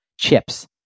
chips